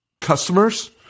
customers